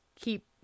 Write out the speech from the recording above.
keep